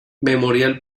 memorial